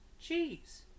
cheese